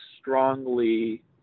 strongly